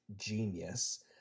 genius